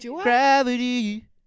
Gravity